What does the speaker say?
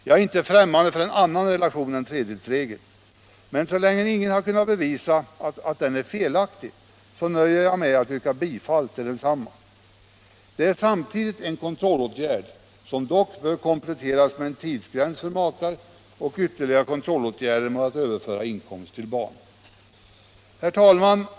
Jag är inte främmande för en annan relation än tredjedelsregeln, men så länge ingen har kunnat bevisa att den är felaktig nöjer jag mig med att yrka bifall till densamma. Den är samtidigt en kontrollåtgärd, som dock bör kompletteras med en tidsgräns för makar och ytterligare kontrollåtgärder mot att överföra inkomst till barn. Herr talman!